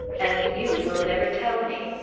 and you will never tell me.